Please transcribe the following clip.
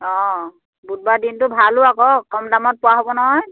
অঁ বুধবাৰ দিনটো ভালো আকৌ কম দামত পোৱা হ'ব নহয়